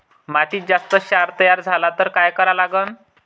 मातीत जास्त क्षार तयार झाला तर काय करा लागन?